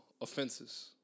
offenses